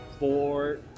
four